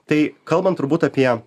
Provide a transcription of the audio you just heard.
tai kalbant turbūt apie